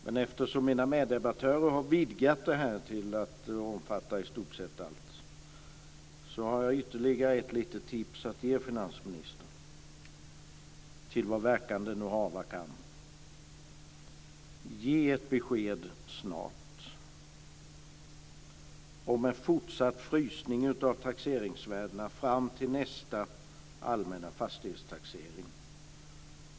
Men eftersom mina meddebattörer har vidgat detta till att omfatta till stort sett allt har jag ytterligare ett litet tips att ge finansministern till vad verkan det nu hava kan: Ge ett besked snart om en fortsatt frysning av taxeringsvärdena fram till nästa allmänna fastighetstaxering!